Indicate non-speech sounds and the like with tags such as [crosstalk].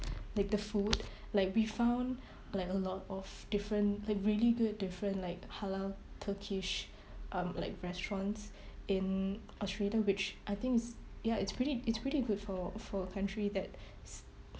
like the food like we found like a lot of different like really good different like halal turkish um like restaurants [breath] in Australia which I think it's ya it's pretty it's pretty good for for a country that [breath]